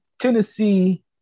tennessee